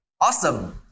Awesome